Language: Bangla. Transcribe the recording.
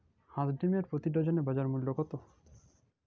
হাঁস ডিমের প্রতি ডজনে বাজার মূল্য কত?